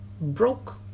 broke